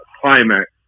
climax